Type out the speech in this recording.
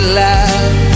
love